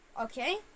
Okay